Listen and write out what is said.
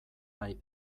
nahi